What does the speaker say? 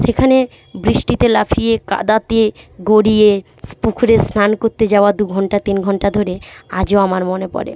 সেখানে বৃষ্টিতে লাফিয়ে কাদাতে গড়িয়ে পুকুরে স্নান করতে যাওয়া দু ঘণ্টা তিন ঘণ্টা ধরে আজও আমার মনে পড়ে